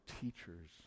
teachers